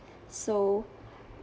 so